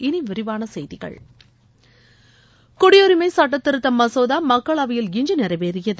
இனி விரிவான செய்திகள் குடியுரிமை சட்ட திருத்த மசோதா மக்களவையில்இன்று நிறைவேறியது